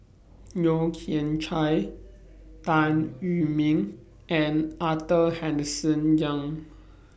Yeo Kian Chye Tan Wu Meng and Arthur Henderson Young